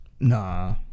Nah